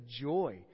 joy